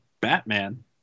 Batman